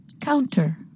counter